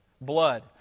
Blood